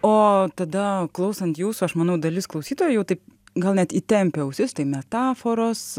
o tada klausant jūsų aš manau dalis klausytojų taip gal net įtempę ausis tai metaforos